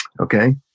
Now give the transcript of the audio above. Okay